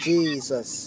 Jesus